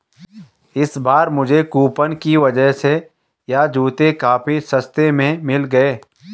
इस बार मुझे कूपन की वजह से यह जूते काफी सस्ते में मिल गए